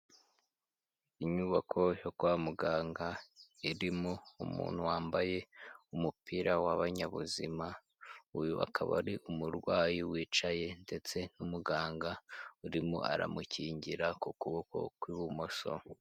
Inyubako yo kwa muganga irimo umuntu wambaye umupira wabanyabuzima uyu akaba ari umurwayi wicaye ndetse n'umuganga urimo aramukingira ku kuboko kw'ibumoso.